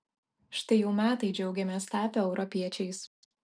štai jau metai džiaugiamės tapę europiečiais